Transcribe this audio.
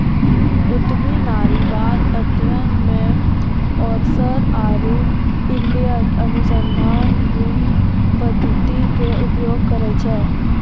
उद्यमी नारीवाद अध्ययन मे ओरसर आरु इलियट अनुसंधान गुण पद्धति के उपयोग करै छै